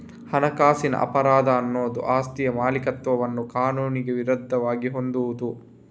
ಹಣಕಾಸಿನ ಅಪರಾಧ ಅನ್ನುದು ಆಸ್ತಿಯ ಮಾಲೀಕತ್ವವನ್ನ ಕಾನೂನಿಗೆ ವಿರುದ್ಧವಾಗಿ ಹೊಂದುವುದು